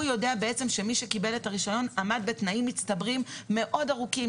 הוא יודע שמי שיקבל את הרישיון עמד בתנאים מצטברים מאוד ארוכים.